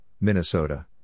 Minnesota